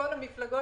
מכל המפלגות.